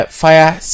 fire